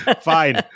Fine